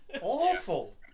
awful